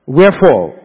Wherefore